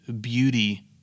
beauty